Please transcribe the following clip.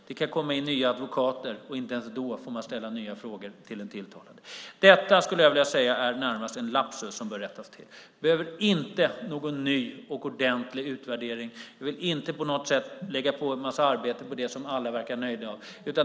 Det kan komma in nya advokater, men inte ens då får man ställa nya frågor till den tilltalade. Detta är närmast en lapsus som bör rättas till. Det behövs inte någon ny och omfattande utvärdering. Jag vill inte på något sätt lägga på en massa arbete på det som alla verkar nöjda med.